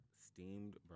Steamed